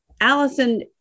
Allison